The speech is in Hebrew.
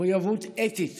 ומחויבות אתית